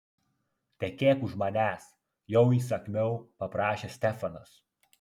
tekėk už manęs jau įsakmiau paprašė stefanas